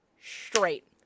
straight